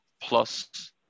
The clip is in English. plus